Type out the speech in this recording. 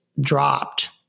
dropped